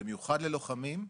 במיוחד ללוחמים,